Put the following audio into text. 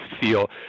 feel